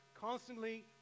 constantly